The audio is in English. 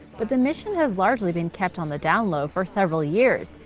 but the mission has largely been kept on the down-low for several years,